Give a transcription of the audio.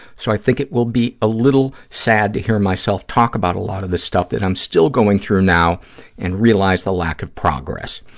so i think it will be a little sad to hear myself talk about a lot of the stuff that i'm still going through now and realize the lack of progress.